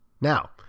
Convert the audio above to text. Now